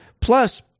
Plus